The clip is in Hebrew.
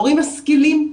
הורים משכילים,